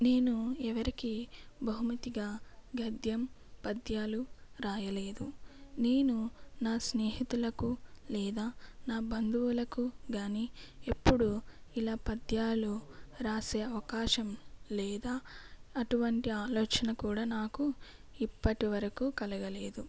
నేను ఎవరికీ బహుమతిగా గద్యం పద్యాలు రాయలేదు నేను నా స్నేహితులకు లేదా నా బంధువులకు కానీ ఎప్పుడూ ఇలా పద్యాలు రాసే అవకాశం లేదా అటువంటి ఆలోచన కూడా నాకు ఇప్పటివరకు కలుగలేదు